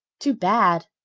too bad!